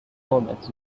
elements